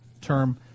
term